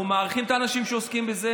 אנחנו מעריכים את האנשים שעוסקים בזה